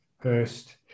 first